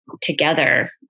together